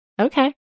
okay